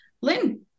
Lynn